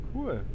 Cool